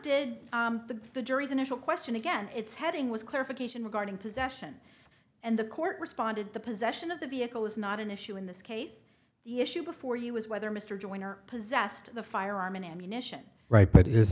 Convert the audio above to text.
the the jury's initial question again it's heading was clarification regarding possession and the court responded the possession of the vehicle is not an issue in this case the issue before you was whether mr joyner possessed the firearm and ammunition right but i